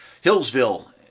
Hillsville